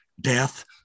death